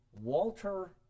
Walter